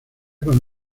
con